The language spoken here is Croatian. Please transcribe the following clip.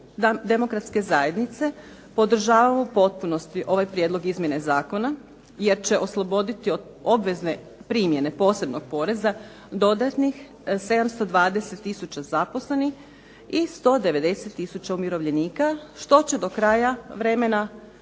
u klubu HDZ-a podržavamo u potpunosti ovaj prijedlog izmjene zakona jer će osloboditi obvezne primjene posebnog poreza dodatnih 720 tisuća zaposlenih i 190 tisuća umirovljenika što će do kraja vremena